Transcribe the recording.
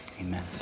Amen